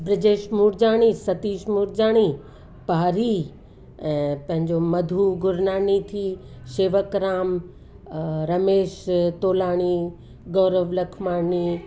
बृजेश नूरजाणी सतीश नूरजाणी पहारी ऐं पैंजो मधु गुरनाणी थी शेवकराम रमेश तोलाणी गौरव लखमाणी